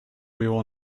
will